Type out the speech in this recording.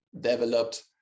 developed